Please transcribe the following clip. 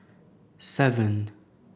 seven